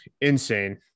insane